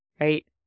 right